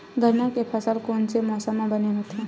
गन्ना के फसल कोन से मौसम म बने होथे?